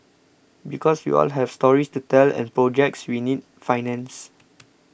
because we all have stories to tell and projects we need financed